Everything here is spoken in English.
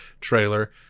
trailer